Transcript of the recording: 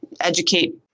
educate